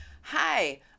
Hi